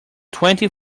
twenty